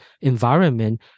environment